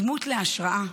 דמות להשראה,